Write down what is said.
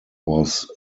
was